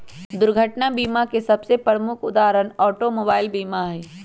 दुर्घटना बीमा के सबसे प्रमुख उदाहरण ऑटोमोबाइल बीमा हइ